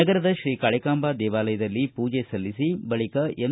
ನಗರದ ಶ್ರೀಕಾಳಕಾಂಬಾ ದೇವಾಲಯದಲ್ಲಿ ಪೂಜೆ ಸಲ್ಲಿಸಿ ಬಳಕ ಎಂ